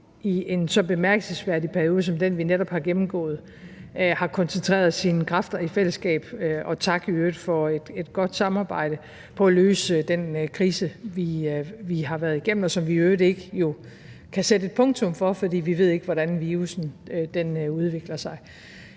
i en så bemærkelsesværdig periode som den, vi netop har gennemgået, i fællesskab har koncentreret sine kræfter – og i øvrigt tak for et godt samarbejde – på at løse den krise, som vi har været igennem, og som vi jo i øvrigt ikke kan sætte et punktum for, fordi vi ikke ved, hvordan virussen udvikler sig.